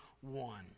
one